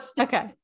Okay